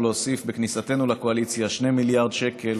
להוסיף בכניסתנו לקואליציה 2 מיליארד שקל